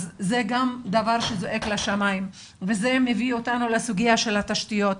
זה גם דבר שזועק לשמיים וזה מביא אותנו לסוגיית התשתיות.